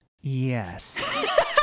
Yes